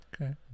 okay